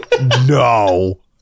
no